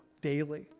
daily